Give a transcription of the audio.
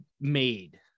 made